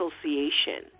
association